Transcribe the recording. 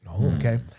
Okay